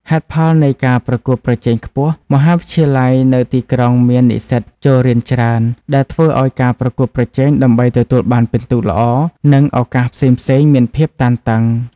ហេតុផលនៃការប្រកួតប្រជែងខ្ពស់មហាវិទ្យាល័យនៅទីក្រុងមាននិស្សិតចូលរៀនច្រើន ដែលធ្វើឱ្យការប្រកួតប្រជែងដើម្បីទទួលបានពិន្ទុល្អ និងឱកាសផ្សេងៗមានភាពតានតឹង។